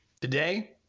Today